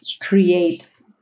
create